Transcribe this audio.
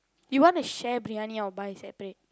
you want to share briyani or buy separate